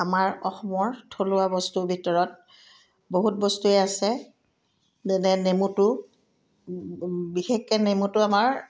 আমাৰ অসমৰ থলুৱা বস্তুৰ ভিতৰত বহুত বস্তুৱেই আছে যেনে নেমুটো বিশেষকৈ নেমুটো আমাৰ